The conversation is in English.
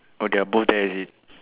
oh they are both there is it